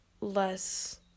less